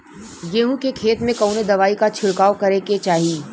गेहूँ के खेत मे कवने दवाई क छिड़काव करे के चाही?